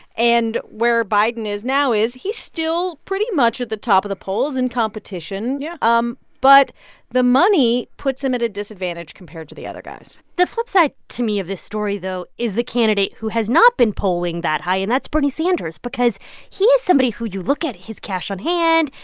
and where biden is now is he's still pretty much at the top of the polls and competition yeah um but the money puts him at a disadvantage compared to the other guys the flipside to me of this story, though, is the candidate who has not been polling that high, and that's bernie sanders, because he is somebody who you look at his cash on hand.